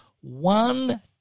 one